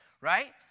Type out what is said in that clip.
right